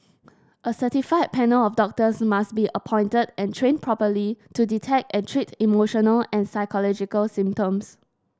a certified panel of doctors must be appointed and trained properly to detect and treat emotional and psychological symptoms